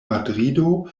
madrido